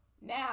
now